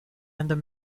and